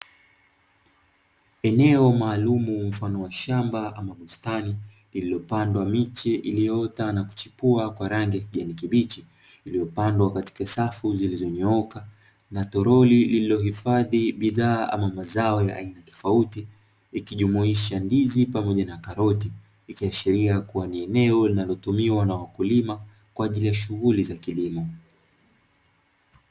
Eneo maalumu mfano wa shamba ama bustani, lililopandwa miche iliyoota na kuchipua kwa rangi ya kijani kibichi. Iliyopandwa katika safu zilizonyooka na toroli lililohifadhi bidhaa ama mazao ya aina tofauti, ikijumuisha ndizi pamoja na karoti; ikiashiria kuwa ni eneo linalotumiwa na wakulima kwa ajili ya shughuli za kilimo.